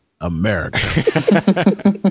America